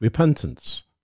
Repentance